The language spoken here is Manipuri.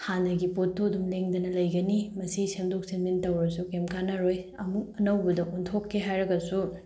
ꯍꯥꯟꯅꯒꯤ ꯄꯣꯠꯇꯨ ꯑꯗꯨꯝ ꯂꯦꯡꯗꯅ ꯂꯩꯒꯅꯤ ꯃꯁꯤ ꯁꯦꯝꯗꯣꯛ ꯁꯦꯝꯖꯤꯟ ꯇꯧꯔꯁꯨ ꯀꯔꯤꯝ ꯀꯥꯟꯅꯔꯣꯏ ꯑꯃꯨꯛ ꯑꯅꯧꯕꯗ ꯑꯣꯟꯊꯣꯛꯀꯦ ꯍꯥꯏꯔꯒꯁꯨ